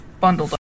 bundled